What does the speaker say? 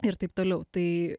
ir taip toliau tai